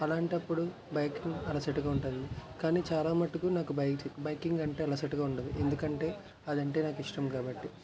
అలాంటప్పుడు బైకింగ్ అలసటగా ఉంటుంది కాని చాలా మట్టుకు నాకు బైక్ బైకింగ్ అంటే అలసటగా ఉండదు ఎందుకంటే అది అంటే నాకు ఇష్టం కాబట్టి